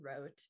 wrote